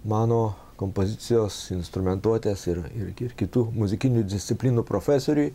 mano kompozicijos instrumentuotės ir ir ir kitų muzikinių disciplinų profesoriui